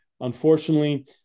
Unfortunately